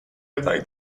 gadali